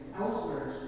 elsewhere